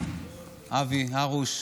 אבי הרוש,